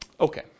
Okay